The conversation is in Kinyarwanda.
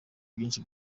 byinshi